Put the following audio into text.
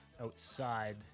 outside